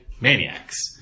maniacs